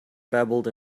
babbled